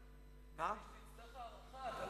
תצטרך עוד הארכה.